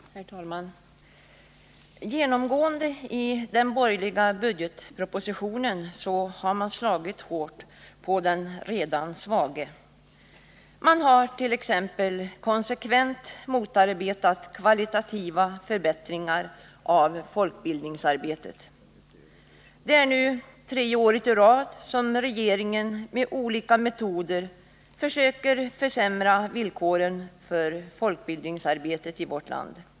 Herr talman! Genomgående i den borgerliga budgetpropositionen har man slagit hårt på den redan svage. Man har t.ex. konsekvent motarbetat kvalitativa förbättringar av folkbildningsarbetet. Det är nu tredje året i rad regeringen med olika metoder försöker försämra villkoren för folkbildningsarbetet i vårt land.